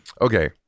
Okay